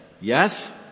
Yes